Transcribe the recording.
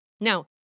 Now